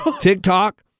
TikTok